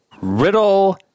riddle